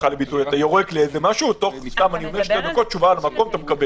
אתה יורק למשהו ומקבל תשובה על המקום.